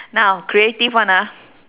now creative one ah